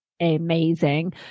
amazing